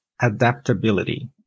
adaptability